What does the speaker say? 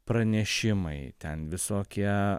pranešimai ten visokie